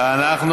מה קרה?